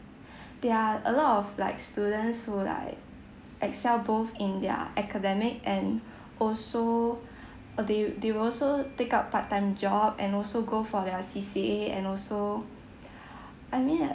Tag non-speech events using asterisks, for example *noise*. *breath* there are a lot of like students who like excel both in their academic and also uh they they will also take up part time job and also go for their C_C_A and also *breath* I mean like